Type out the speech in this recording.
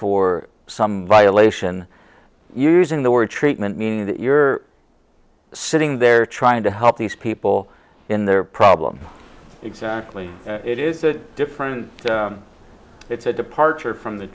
for some violation using the word treatment mean that you're sitting there trying to help these people in their problem exactly it is a different it's a departure from the